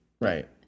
Right